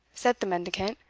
said the mendicant,